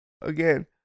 Again